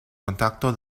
contacto